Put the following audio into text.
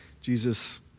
Jesus